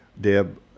Deb